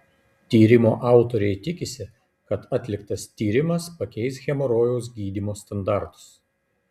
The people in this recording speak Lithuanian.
tyrimo autoriai tikisi kad atliktas tyrimas pakeis hemorojaus gydymo standartus